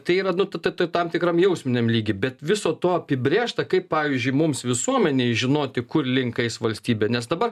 tai yra nu tam tikram jausminiam lygy bet viso to apibrėžta kaip pavyzdžiui mums visuomenei žinoti kur link eis valstybė nes dabar